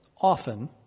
often